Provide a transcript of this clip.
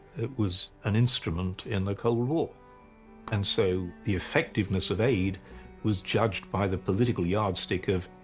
it was an instrument in the cold war and so the effectiveness of aid was judged by the political yardstick of,